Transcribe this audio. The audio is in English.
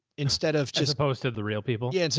instead of just posted the real people. yeah.